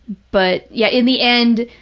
but yeah, in the end,